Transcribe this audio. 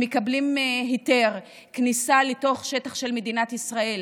הם מקבלים היתר כניסה לתוך שטח של מדינת ישראל.